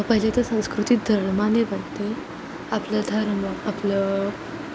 पहिले तर संस्कृती धर्माने बनते आपलं धर्म आपलं